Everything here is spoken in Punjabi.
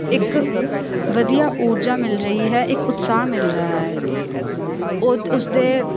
ਇੱਕ ਵਧੀਆ ਊਰਜਾ ਮਿਲ ਰਹੀ ਹੈ ਇੱਕ ਉਤਸ਼ਾਹ ਮਿਲ ਰਿਹਾ ਹੈ ਉਦ ਉਸਦੇ